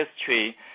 history